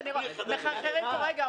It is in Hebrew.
תודה רבה.